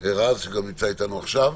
שגם נמצא איתנו עכשיו.